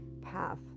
path